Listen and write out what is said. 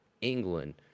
England